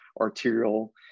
arterial